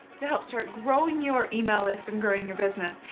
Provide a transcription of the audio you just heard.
to help start growing your email list and growing your business.